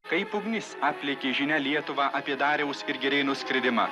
kaip ugnis aplėkė žinia lietuvą apie dariaus ir girėno skridimą